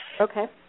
Okay